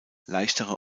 leichtere